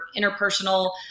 interpersonal